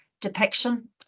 depiction